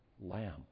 Lamb